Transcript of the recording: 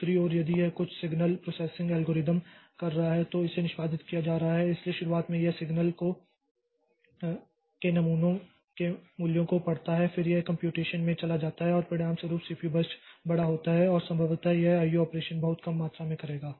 दूसरी ओर यदि यह कुछ सिग्नल प्रोसेसिंग एल्गोरिथम कर रहा है तो इसे निष्पादित किया जा रहा है इसलिए शुरुआत में यह सिग्नल के नमूनों के मूल्यों को पढ़ता है और फिर यह कम्प्यूटेशन में चला जाता है और परिणामस्वरूप सीपीयू बर्स्ट बड़ा होता है और संभवतः यह आईओ ऑपरेशन बहुत कम मात्रा में करेगा